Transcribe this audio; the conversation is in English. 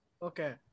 Okay